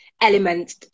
elements